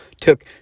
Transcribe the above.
took